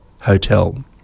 Hotel